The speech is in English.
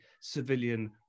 civilian